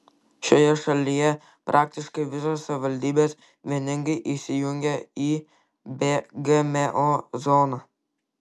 šioje šalyje praktiškai visos savivaldybės vieningai įsijungė į be gmo zoną